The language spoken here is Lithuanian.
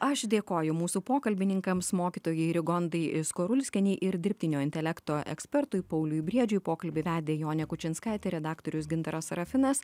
aš dėkoju mūsų pokalbininkams mokytojai rigondai skarulskienė ir dirbtinio intelekto ekspertui pauliui briedžiui pokalbį vedė jonė kučinskaitė redaktorius gintaras sarafinas